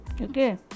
Okay